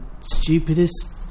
stupidest